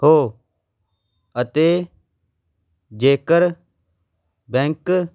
ਹੋ ਅਤੇ ਜੇਕਰ ਬੈਂਕ